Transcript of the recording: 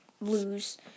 lose